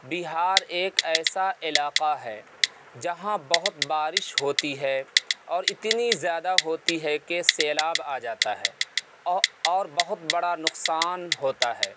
بہار ایک ایسا علاقہ ہے جہاں بہت بارش ہوتی ہے اور اتنی زیادہ ہوتی ہے کہ سیلاب آ جاتا ہے اور بہت بڑا نقصان ہوتا ہے